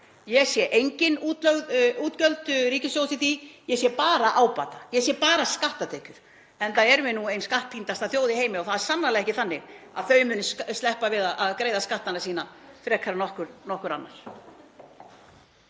Ég sé engin útgjöld ríkissjóðs í því. Ég sé bara ábata, ég sé bara skatttekjur, enda erum við nú ein skattpíndasta þjóð í heimi og það er sannarlega ekki þannig að þau muni sleppa við að greiða skattana sína frekar en nokkur annar.